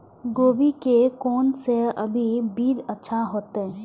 गोभी के कोन से अभी बीज अच्छा होते?